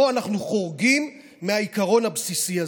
פה אנחנו חורגים מהעיקרון הבסיסי הזה.